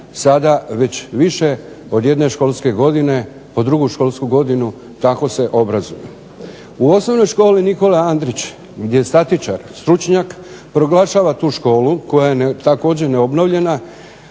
U Osnovnoj školi "Nikola Andrić" gdje statičar stručnjak proglašava tu školu, koja je također neobnovljena,